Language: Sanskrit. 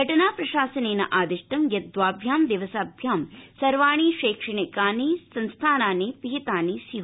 पटना प्रशासनेन आदिष्टम् यत् द्वाभ्याम् दिवसाभ्यां सर्वाणि शैक्षणिकानि संस्थानानि पिहितानि स्यू